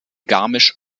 garmisch